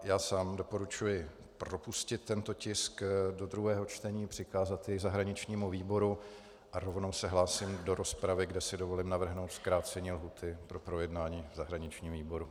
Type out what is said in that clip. Já sám doporučuji propustit tento tisk do druhého čtení, přikázat jej zahraničnímu výboru a rovnou se hlásím do rozpravy, kde si dovolím navrhnout zkrácení lhůty pro projednání v zahraničním výboru.